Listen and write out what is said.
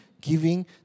giving